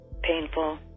painful